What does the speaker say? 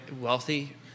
wealthy